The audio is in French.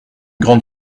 grande